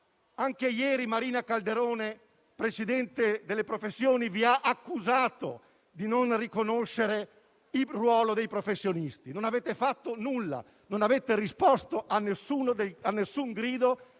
Anche ieri Marina Calderone, presidente del Comitato unitario Professioni, vi ha accusato di non riconoscere il ruolo dei professionisti. Non avete fatto nulla, non avete risposto ad alcun grido